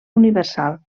universal